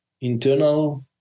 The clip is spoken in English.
internal